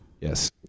Yes